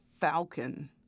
Falcon